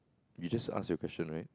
you just asked your question right